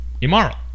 immoral